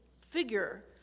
figure